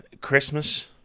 christmas